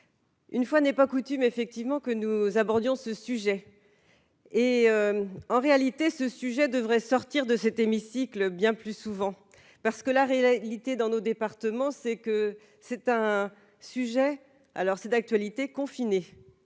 Une fois n'est pas coutume effectivement que nous abordions ce sujet et, en réalité, ce sujet devrait sortir de cet hémicycle, bien plus souvent parce que la réalité dans nos départements, c'est que c'est un sujet alors c'est d'actualité confinés,